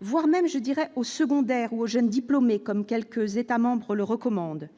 voire même je dirais au secondaire ou aux jeunes diplômés comme quelques États-membres le recommande